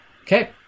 Okay